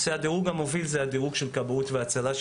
למעשה הדירוג המוביל הוא דירוג הסיכון של כבאות והצלה,